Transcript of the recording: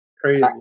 crazy